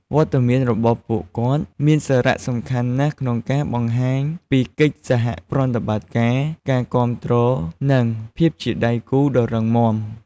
វត្តមានរបស់ពួកគាត់មានសារៈសំខាន់ណាស់ក្នុងការបង្ហាញពីកិច្ចសហប្រតិបត្តិការ ការគាំទ្រ និងភាពជាដៃគូដ៏រឹងមាំ។